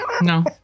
No